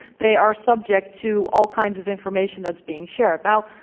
they are subject to all kinds of information that's being shared. now,